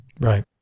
Right